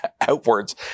outwards